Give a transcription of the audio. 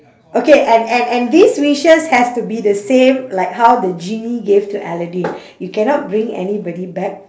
okay and and and these wishes has to be the same like how the genie gave to aladdin you cannot bring anybody back